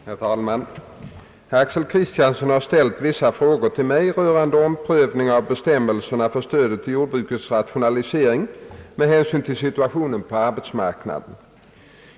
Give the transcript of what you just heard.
Herr talman! Herr Axel Kristiansson har ställt vissa frågor till mig rörande omprövning av bestämmelserna för stödet till jordbrukets rationalisering med hänsyn till situationen på arbetsmarknaden.